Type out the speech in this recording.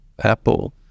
apple